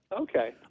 Okay